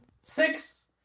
six